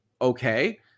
Okay